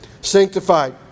Sanctified